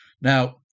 Now